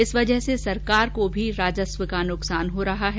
इस वजह से सरकार को भी राजस्व हानि हो रही है